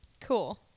Cool